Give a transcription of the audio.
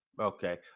Okay